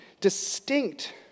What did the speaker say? distinct